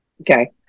Okay